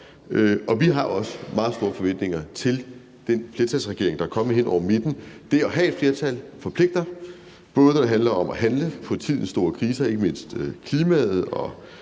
og vi har også meget store forventninger til den flertalsregering, der er kommet hen over midten. Det at have et flertal forpligter, både når det handler om at handle på tidens store kriser, ikke mindst klimaet og